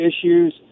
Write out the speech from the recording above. issues